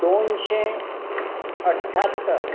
दोनशें अठ्यात्तर